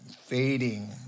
fading